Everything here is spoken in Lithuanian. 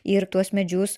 ir tuos medžius